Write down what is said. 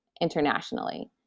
internationally